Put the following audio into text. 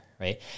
right